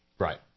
Right